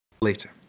Later